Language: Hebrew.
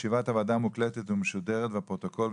ישיבת הוועדה מוקלטת ומשודרת בפרוטוקול,